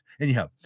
Anyhow